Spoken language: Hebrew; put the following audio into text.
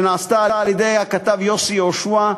על-ידי הכתב יוסי יהושע,